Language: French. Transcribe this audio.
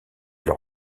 leur